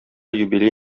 юбилей